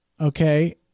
Okay